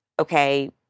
okay